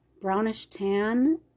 brownish-tan